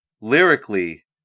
lyrically